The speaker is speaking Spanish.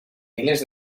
miles